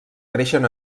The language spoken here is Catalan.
creixen